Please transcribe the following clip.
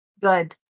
Good